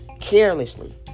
carelessly